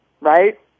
right